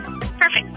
perfect